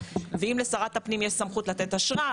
ואם לשרת הפנים יש סמכות לתת אשרה,